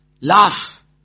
Laugh